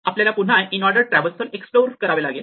आपल्याला पुन्हा इनऑर्डर ट्रॅव्हल्सल एक्सप्लोर करावे लागेल